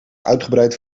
uitgebreid